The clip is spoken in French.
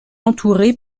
entouré